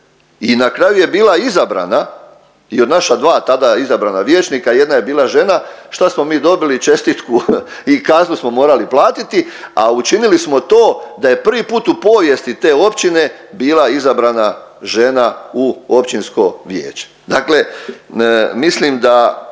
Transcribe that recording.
i na kraju je bila izabrana jer naša dva tada izabrana vijećnika jedna je bila žena. Šta smo mi dobili čestitku i kaznu smo morali platiti, a učinili smo to da je prvi put u povijesti te općine bila izabrana žena u općinsko vijeće. Dakle, mislim da